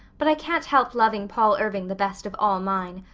but i can't help loving paul irving the best of all mine.